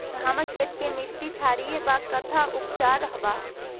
हमर खेत के मिट्टी क्षारीय बा कट्ठा उपचार बा?